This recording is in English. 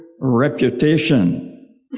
reputation